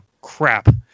crap